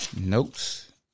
notes